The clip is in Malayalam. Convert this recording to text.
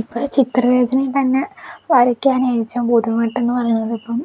ഇപ്പോൾ ചിത്രരചനയിൽ തന്നെ വരയ്ക്കാൻ ഏറ്റവും ബുദ്ധിമുട്ടെന്ന് പറയുന്നത് ഇപ്പം